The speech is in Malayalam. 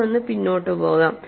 ഞാൻ ഒന്ന് പിന്നോട്ട് പോകാം